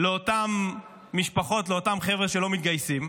לאותן משפחות, לאותם חבר'ה שלא מתגייסים,